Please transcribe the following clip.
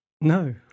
No